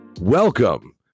Welcome